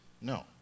No